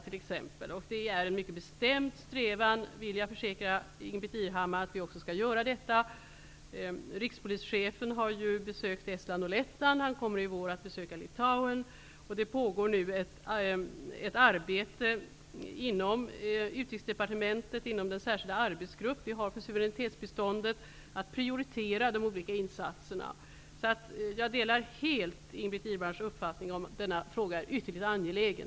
Jag kan försäkra Ingbritt Irhammar att vår mycket bestämda strävan är att vi också skall genomföra detta. Rikspolischefen har besökt Estland och Lettland, och han kommer i vår att besöka Litauen. Det pågår ett arbete inom Utrikesdepartementet genom den särskilda arbetsgrupp som finns för suveränitetsbiståndet med att prioritera de olika insatserna. Jag delar alltså helt Ingbritt Irhammars uppfattning om att denna fråga är ytterligt angelägen.